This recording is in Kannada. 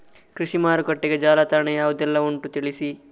ಕೃಷಿ ಮಾರುಕಟ್ಟೆಗೆ ಜಾಲತಾಣ ಯಾವುದೆಲ್ಲ ಉಂಟು ತಿಳಿಸಿ